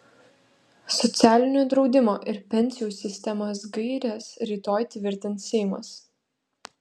socialinio draudimo ir pensijų sistemos gaires rytoj tvirtins seimas